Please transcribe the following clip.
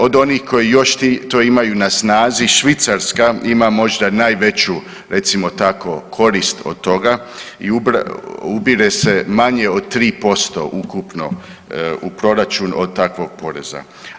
Od onih koji to još uvijek imaju na snazi Švicarska ima možda najveću recimo tako korist od toga i ubire se manje od 3% ukupno u proračun od takvog poreza.